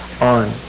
on